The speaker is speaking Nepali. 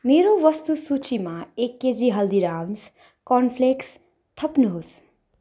मेरो वस्तु सूचीमा एक केजी हल्दीराम्स् कर्नफ्लेक्स थप्नुहोस्